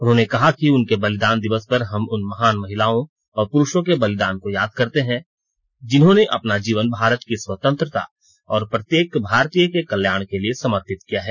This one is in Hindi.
उन्होंने कहा है कि उनके बलिदान दिवस पर हम उन महान महिलाओं और पुरुषों के बलिदान को याद करते हैं जिन्होंने अपना जीवन भारत की स्वतंत्रता और प्रत्येक भारतीय के कल्याण के लिए समर्पित किया है